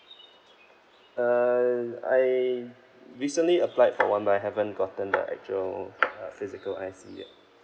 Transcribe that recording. uh I recently applied for one but I haven't gotten the actual uh physical I_C yet